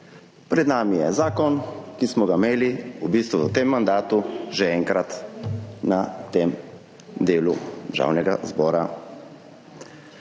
Pred nami je zakon, ki smo ga imeli v bistvu v tem mandatu že enkrat v delu Državnega zbora.